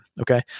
Okay